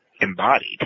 Embodied